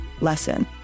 lesson